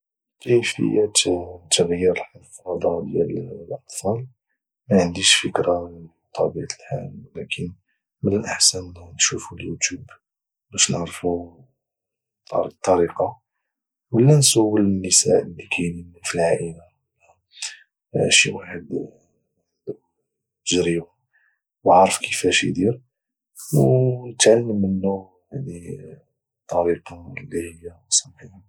كيفيه تغيير الحفاظه ديال الاطفال ما عنديش فكره بطبيعه الحال ولكن من الاحسن نشوفوا اليوتيوب باش نعرفوا طريقه ولى نسول النساء اللي كاينين في العائلة ولى شي واحد عندو تجربة وعارف كفاش ادير ونتعلم منو يعني الطريقة اللي هي الصحيحة